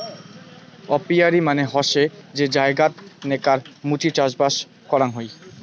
apiary মানে হসে যে জায়গাত নেকাব মুচি চাষবাস করাং হই